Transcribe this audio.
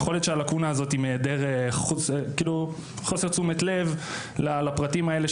יכול להיות שהלקונה הזו היא חוסר תשומת לב לפרטים האלה,